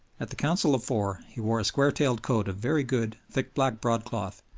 at the council of four he wore a square-tailed coat of very good, thick black broadcloth,